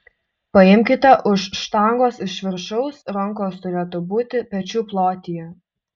paimkite už štangos iš viršaus rankos turėtų būti pečių plotyje